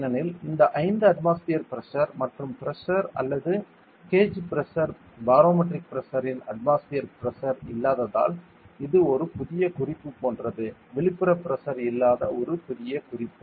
ஏனெனில் இந்த 5 atmosphere pressure மற்றும் பிரஷர் அல்லது கேஜ் பிரஷர் பாரோமெட்ரிக் பிரஷர் இன் அட்மாஸ்பியர் பிரஷர் இல்லாததால் இது ஒரு புதிய குறிப்பு போன்றது வெளிப்புற பிரஷர் இல்லாத ஒரு புதிய குறிப்பு